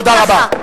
תודה רבה.